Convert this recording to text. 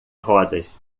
rodas